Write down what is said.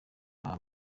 nka